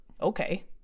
Okay